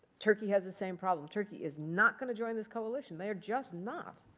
turkey has the same problem. turkey is not going to join this coalition. they're just not,